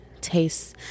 tastes